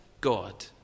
God